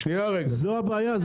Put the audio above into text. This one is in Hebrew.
זו הבעיה.